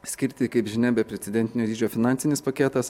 skirti kaip žinia beprecedentinio dydžio finansinis paketas